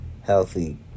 healthy